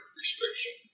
restriction